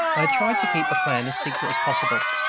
i had tried to keep the plan as secret as possible,